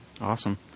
Awesome